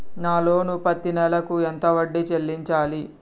నా లోను పత్తి నెల కు ఎంత వడ్డీ చెల్లించాలి?